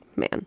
man